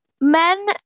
men